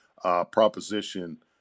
proposition